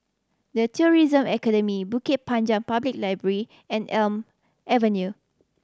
The Tourism Academy Bukit Panjang Public Library and Elm Avenue